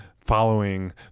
following